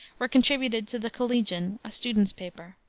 were contributed to the collegian, a students' paper.